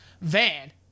van